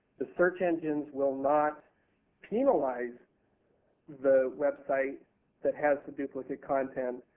the search engines will not penalize the website that has the duplicate content,